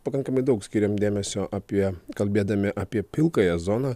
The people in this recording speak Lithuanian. pakankamai daug skyrėm dėmesio apie kalbėdami apie pilkąją zoną